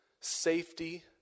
safety